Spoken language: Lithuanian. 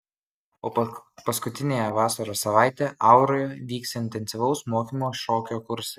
o paskutiniąją vasaros savaitę auroje vyks intensyvaus mokymo šokio kursai